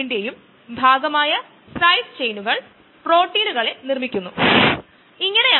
competitive എൻസൈമിനോടും enzyme substrate കോംപ്ലക്സിനോടും ബന്ധപ്പെട്ടിരിക്കുന്നു